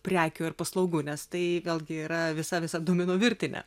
prekių ar paslaugų nes tai vėlgi yra visa visa domino virtinė